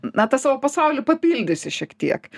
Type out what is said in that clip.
na tą savo pasaulį papildysi šiek tiek